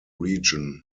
region